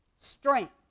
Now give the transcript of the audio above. Strength